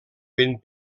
ben